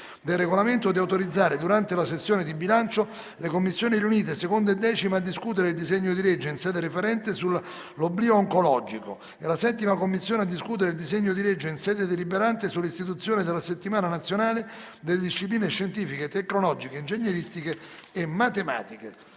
del Regolamento, di autorizzare, durante la sessione di bilancio, le Commissioni riunite 2[a] e 10[a] a discutere il disegno di legge, in sede referente, sull’oblio oncologico e la 7[a] Commissione a discutere il disegno di legge, in sede deliberante, sull’istituzione della settimana nazionale delle discipline scientifiche, tecnologiche, ingegneristiche e matematiche.